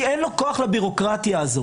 כי אין לו כוח לביורוקרטיה הזאת